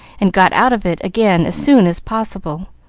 and got out of it again as soon as possible,